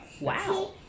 Wow